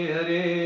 Hare